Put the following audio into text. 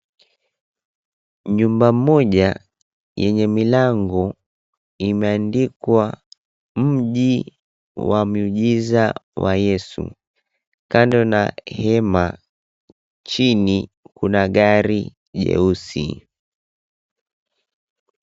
Nyumba moja yenye milango imeandikwa 'Mji wa Miujiza wa Yesu'. Kando na hema, chini kuna gari jeusi.